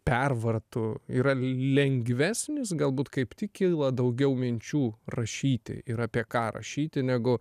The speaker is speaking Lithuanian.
pervartų yra lengvesnis galbūt kaip tik kyla daugiau minčių rašyti ir apie ką rašyti negu